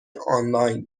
آنلاین